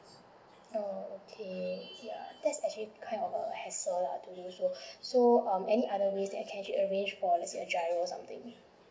oh okay ya so that is actually kind of hassle lah to do so so any other ways that I can actually arrange for lets say a G_I_R_O something